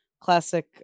classic